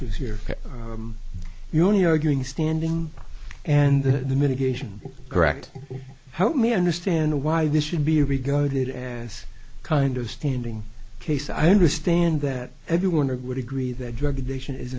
es here the only arguing standing and the medication correct how many understand why this should be regarded as kind of standing case i understand that everyone would agree that drug addiction is